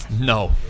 No